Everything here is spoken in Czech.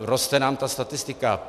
Roste nám ta statistika.